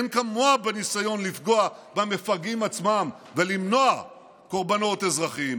אין כמוה בניסיון לפגוע במפגעים עצמם ולמנוע קורבנות אזרחיים,